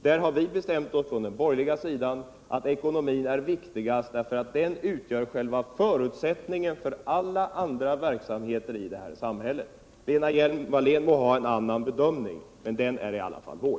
Från den borgerliga sidan har vi bestämt oss för att ekonomin är viktigast, därför att den utgör själva förutsättningen för alla andra verksamheter i det här samhället. Lena Hjelm-Wallén må ha en annan bedömning, men den bedömning jug nämnde är i alla fall vår.